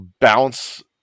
bounce